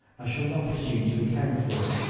i shall not presume to account for it.